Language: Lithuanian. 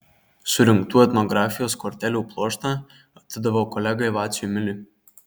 surinktų etnografijos kortelių pluoštą atidaviau kolegai vaciui miliui